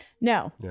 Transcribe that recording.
No